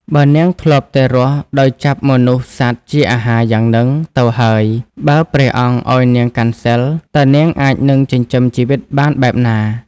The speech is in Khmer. បើនាងធ្លាប់តែរស់ដោយចាប់មនុស្សសត្វជាអាហារ យ៉ាង ហ្នឹងទៅហើយ បើព្រះអង្គឲ្យនាងកាន់សីល តើនាងអាចនឹងចិញ្ចឹមជីវិតបានបែបណា ?។